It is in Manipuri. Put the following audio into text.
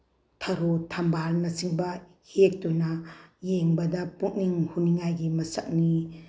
ꯊꯔꯣ ꯊꯝꯕꯥꯜꯅꯆꯤꯡꯕ ꯍꯦꯛꯇꯨꯅ ꯌꯦꯡꯕꯗ ꯄꯨꯛꯅꯤꯡ ꯍꯨꯅꯤꯡꯉꯥꯏꯒꯤ ꯃꯁꯛꯅꯤ